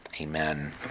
Amen